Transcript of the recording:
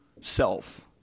self